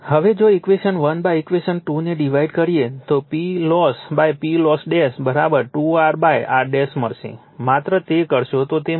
હવે જો equation 1 equation 2 ને ડિવાઇડેડ કરીએ તો PLoss PLoss 2 R R મળશે માત્ર તે કરશો તો તે મળશે